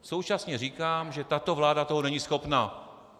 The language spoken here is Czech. Současně říkám, že tato vláda toho není schopna.